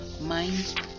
mind